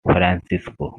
francisco